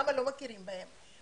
למה לא מכירים בהם?